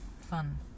Fun